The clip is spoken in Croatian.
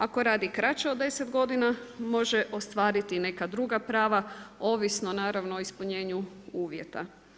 Ako radi kraće od 10 godina može ostvariti neka druga prava, ovisno naravno o ispunjenju uvjeta.